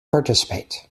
participate